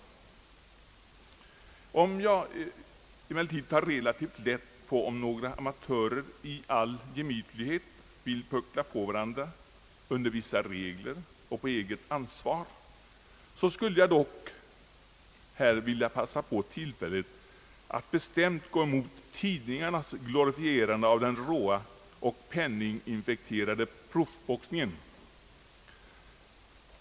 Även om jag tar relativt lätt på om några amatörer i all gemytlighet vill puckla på varandra enligt vissa regler och på eget ansvar, skulle jag dock här vilja passa på tillfället, att bestämt gå emot tidningarnas glorifierande av den råa och penninginfekterade proffsboxningen.